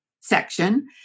section